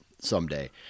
someday